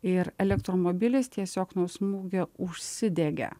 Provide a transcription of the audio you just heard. ir elektromobilis tiesiog nuo smūgio užsidegė